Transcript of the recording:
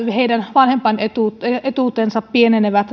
heidän vanhempainetuutensa pienenevät